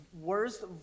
worst